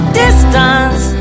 distance